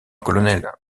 colonel